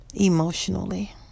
emotionally